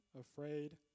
afraid